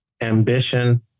ambition